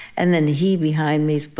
and then he, behind me, so but